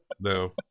No